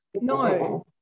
no